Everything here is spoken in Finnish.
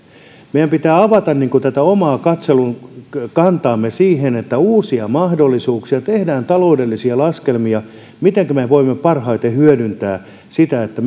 meidän pitää avata tätä omaa katselukantaamme siten että pohditaan uusia mahdollisuuksia tehdään taloudellisia laskelmia siitä mitenkä me voimme parhaiten hyödyntää sitä että